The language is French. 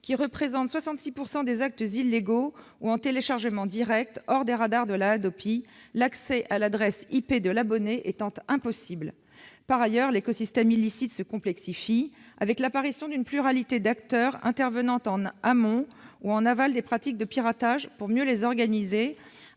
qui représente 66 % des actes illégaux, ou par téléchargement direct, à l'abri des radars de la Hadopi, l'accès à l'adresse IP de l'abonné étant impossible. Par ailleurs, l'écosystème illicite se complexifie, avec l'apparition d'une pluralité d'acteurs intervenant en amont ou en aval des pratiques de piratage pour mieux les organiser,